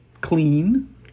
clean